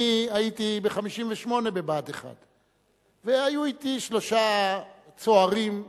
אני הייתי ב-1958 בבה"ד 1. היו אתי שלושה צוערים,